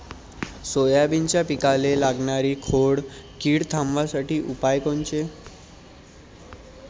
सोयाबीनच्या पिकाले लागनारी खोड किड थांबवासाठी उपाय कोनचे?